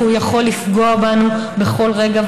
כי הוא יכול לפגוע בנו בכל רגע,